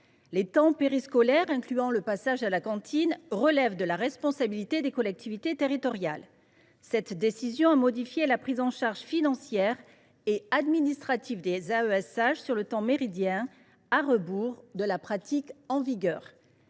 Les temps périscolaires, incluant le passage à la cantine, relèvent de la responsabilité des collectivités territoriales. Cette décision a modifié la prise en charge financière et administrative des AESH sur le temps méridien, à rebours de la pratique en vigueur.